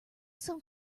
some